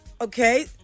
Okay